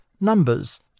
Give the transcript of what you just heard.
numbers